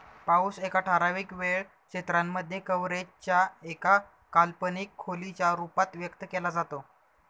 पाऊस एका ठराविक वेळ क्षेत्रांमध्ये, कव्हरेज च्या एका काल्पनिक खोलीच्या रूपात व्यक्त केला जातो